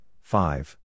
five